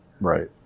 Right